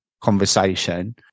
conversation